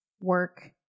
work